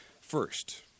First